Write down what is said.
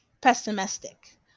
pessimistic